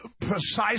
precise